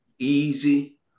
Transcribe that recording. easy